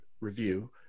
review